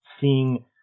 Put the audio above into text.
seeing